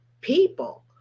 people